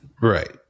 Right